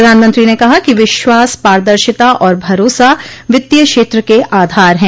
प्रधानमंत्री ने कहा कि विश्वास पारदर्शिता और भरोसा वित्तीय क्षेत्र के आधार हैं